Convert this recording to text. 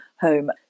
home